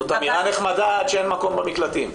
זו אמירה נחמדה עד שאין מקום במקלטים.